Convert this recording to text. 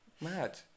Mad